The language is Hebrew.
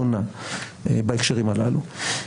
שונה בהקשרים הללו.